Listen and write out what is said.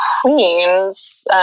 Queens